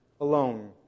alone